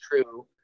true